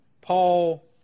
Paul